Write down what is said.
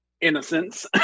innocence